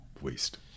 waste